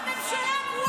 הממשלה הגרועה שלכם.